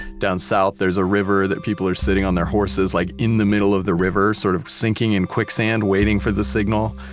down south there's a river that people are sitting on their horses like, in the middle of the river sort of sinking in quicksand waiting for the signal.